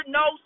no